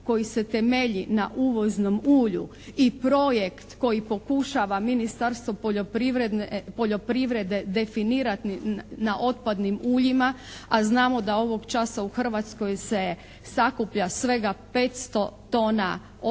koji se temelji na uvoznom ulju i projekt koji pokušava Ministarstvo poljoprivrede definirati na otpadnim uljima, a znamo da ovog časa u Hrvatskoj se sakuplja svega 500 tona otpadnog